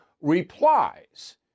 replies